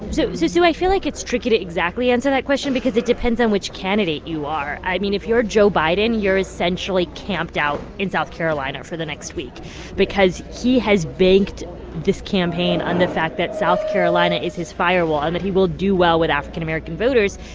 so so sue, i feel like it's tricky to exactly answer that question because it depends on which candidate you are. i mean, if you're joe biden, you're essentially camped out in south carolina for the next week because he has banked this campaign on the fact that south carolina is his firewall and that he will do well with african american voters.